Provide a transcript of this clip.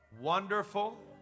wonderful